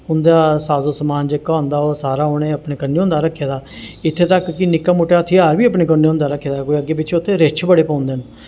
उं'दा साजो समान जेह्का होंदा ओह् सारा उ'नें अपने कन्नै होंदा रक्खे दा इत्थें तक कि नि'क्का मुट्टा हथ्यार बी अपने कन्नै होंदा रक्खे दा कोई अग्गें पिच्छें उत्थें रिच्छ बड़े पौंदे न